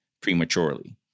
prematurely